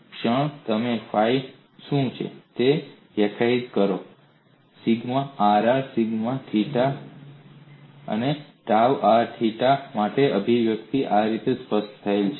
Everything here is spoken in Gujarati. ક્ષણ તમે ફાઇ શું છે તે વ્યાખ્યાયિત કરો સિગ્મા rr સિગ્મા થીટા અને ટાઉ r થીટા માટે અભિવ્યક્તિ આ રીતે સ્પષ્ટ થયેલ છે